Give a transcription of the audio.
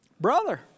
brother